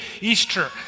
Easter